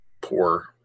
poor